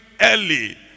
early